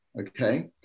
Okay